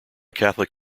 catholic